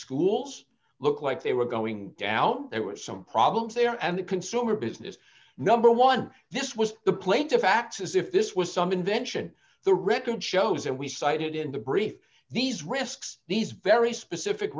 schools look like they were going down there were some problems there and the consumer business number one this was the plaintiff acts as if this was some invention the record shows and we cited in the brief these risks these very specific